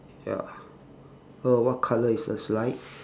ya uh what colour is the slide